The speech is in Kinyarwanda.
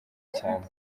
cyane